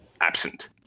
absent